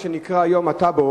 מה שנקרא היום "טאבו",